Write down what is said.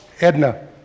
Edna